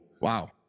Wow